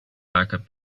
backup